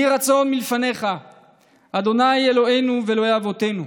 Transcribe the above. יהי רצון מלפניך ה' אלוהינו ואלוהי אבותינו,